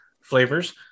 flavors